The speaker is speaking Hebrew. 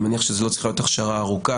אני מניח שזו לא צריכה להיות הכשרה ארוכה,